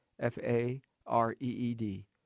F-A-R-E-E-D